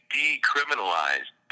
decriminalized